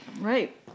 Right